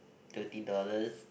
thirty dollars